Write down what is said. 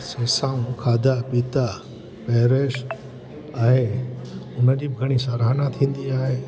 सेसाऊं खाधा पीता पहेरवेश आहे हुनजी बि घणी साराहना थींदी आहे